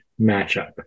matchup